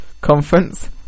conference